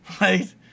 right